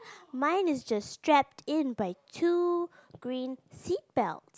mine is just strapped in by two green seatbelt